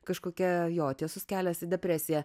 kažkokia jo tiesus kelias į depresiją